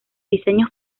diseños